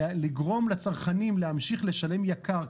לגרום לצרכנים להמשיך לשלם יקר.